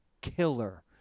killer